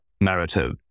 narrative